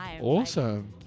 awesome